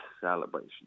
celebration